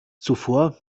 zuvor